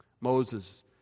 Moses